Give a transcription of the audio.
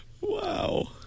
Wow